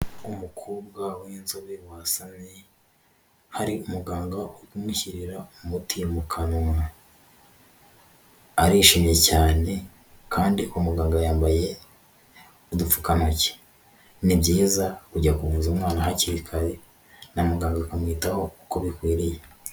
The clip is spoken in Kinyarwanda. Umukobwa w'inzobe wasamye hari umuganga wo kumushyirira umuti mu kanwa. Arishimye cyane kandi umuganga yambaye udupfukantoki. Ni byiza kujya kuvuza umwana hakiri kare na muganga akamwitaho uko bikwiriye.